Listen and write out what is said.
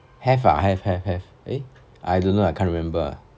have ah have have have eh I don't know ah I can't remember